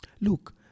Look